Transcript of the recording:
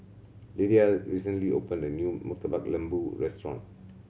Lydia recently opened a new Murtabak Lembu restaurant